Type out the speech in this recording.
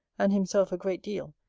and himself a great deal,